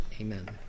amen